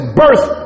birth